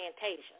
Fantasia